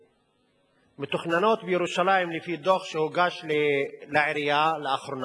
שמתוכננות בירושלים לפי דוח שהוגש לעירייה לאחרונה